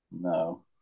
No